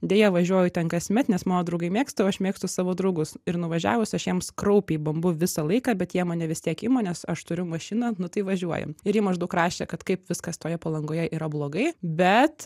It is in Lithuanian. deja važiuoju ten kasmet nes mano draugai mėgsta aš mėgstu savo draugus ir nuvažiavusi aš jiems kraupiai bambu visą laiką bet jie mane vis tiek ima nes aš turiu mašiną nu tai važiuojam ir ji maždaug rašė kad kaip viskas toje palangoje yra blogai bet